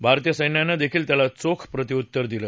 भारतीय सैन्यानं देखील त्याला चोख प्रत्युत्तर दिल